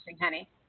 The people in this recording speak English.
honey